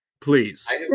please